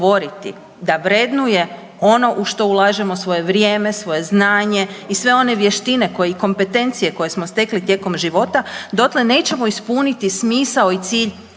da vrednuje ono u što ulažemo svoje vrijeme, svoje znanje i sve one vještine koje, i kompetencije, koje smo stekli tijekom života, dotle nećemo ispuniti smisao i cilj